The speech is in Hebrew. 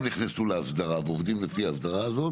נכנסו להסדרה ועובדים לפי ההסדרה הזאת